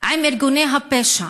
עם ארגוני הפשע,